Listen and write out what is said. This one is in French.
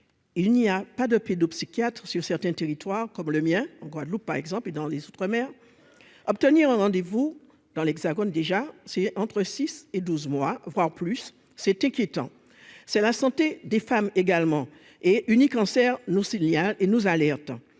il n'y a pas de pédopsychiatres sur certains territoires comme le mien en Guadeloupe, par exemple dans les mer à obtenir un rendez-vous dans l'Hexagone, déjà c'est entre 6 et 12 mois voire plus, c'est inquiétant, c'est la santé des femmes également et Unicancer nous lien et nous alerte